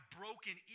broken